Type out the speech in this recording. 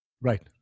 Right